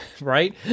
right